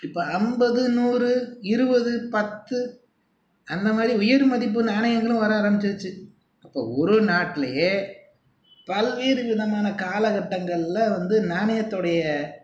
இப்போது அம்பது நூறு இருபது பத்து அந்த மாதிரி உயர் மதிப்பு நாணயங்களும் வர ஆரம்பித்துருச்சு இப்போது ஒரு நாட்டிலேயே பல்வேறு விதமான காலகட்டங்களில் வந்து நாணயத்துடைய